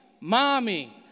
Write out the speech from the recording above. mommy